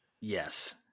Yes